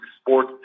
sport